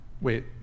Wait